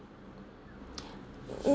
uh